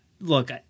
look